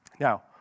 Now